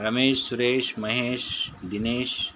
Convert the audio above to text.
Ramesh Suresh Mahesh Dinesh